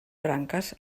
branques